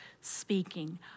speaking